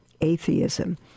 atheism